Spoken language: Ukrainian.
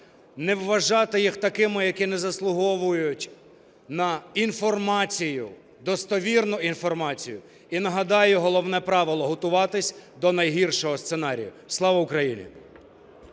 не вважати їх такими, які не заслуговують на інформацію, достовірну інформацію, і нагадаю головне правило – готуватись до найгіршого сценарію. Слава Україні!